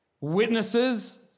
witnesses